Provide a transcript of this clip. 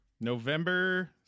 November